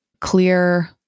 clear